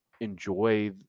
enjoy